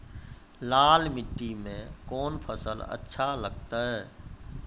लाल मिट्टी मे कोंन फसल अच्छा लगते?